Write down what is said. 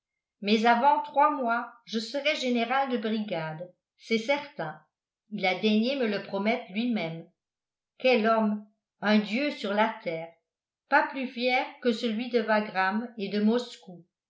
mais avant trois mois je serai général de brigade c'est certain il a daigné me le promettre lui-même quel homme un dieu sur la terre pas plus fier que celui de wagram et de moscou